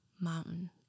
mountain